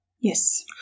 Yes